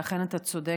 ואכן אתה צודק,